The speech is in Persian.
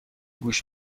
گوش